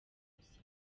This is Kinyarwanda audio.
gusa